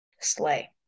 sleigh